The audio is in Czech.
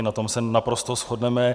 Na tom se naprosto shodneme.